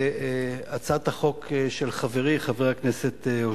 יציג לנו את הצעת החוק חבר הכנסת זבולון